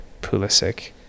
Pulisic